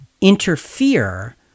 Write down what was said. interfere